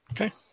Okay